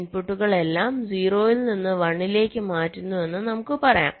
ഇൻപുട്ടുകൾ എല്ലാം 0 ൽ നിന്ന് 1 ലേക്ക് മാറ്റുന്നുവെന്ന് നമുക്ക് പറയാം